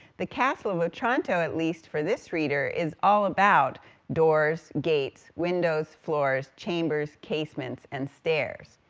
the castle of otranto, at least, for this reader, is all about doors, gates, windows, floors, chambers, casements, and stairs.